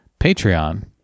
Patreon